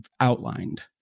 outlined